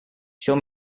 show